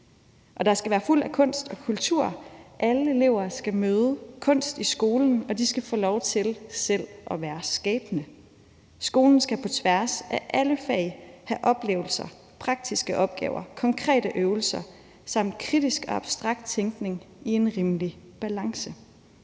der skal være fuld af kunst og kultur. Alle elever skal møde kunst i skolen, og de skal få lov til selv at være skabende. Skolen skal på tværs af alle fag rumme oplevelser, praktiske opgaver, konkrete øvelser samt kritisk og abstrakt tænkning i en rimelig balance.